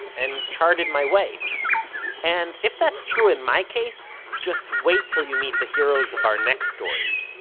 and charted my way and if that's true in my case, just wait to you meet the heroes of our next story.